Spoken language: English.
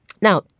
Now